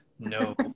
No